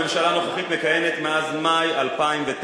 הממשלה הנוכחית מקיימת מאז מאי 2009,